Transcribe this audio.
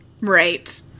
Right